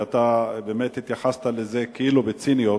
אתה התייחסת לזה כאילו בציניות,